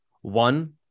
One